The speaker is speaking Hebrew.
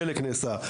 חלק נעשה,